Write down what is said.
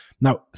Now